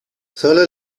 sólo